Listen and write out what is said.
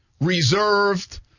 reserved